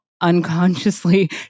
unconsciously